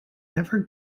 never